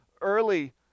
early